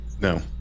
no